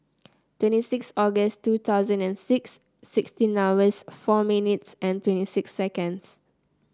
twenty six August two thousand and six sixteen hours four minutes and twenty six seconds